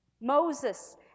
Moses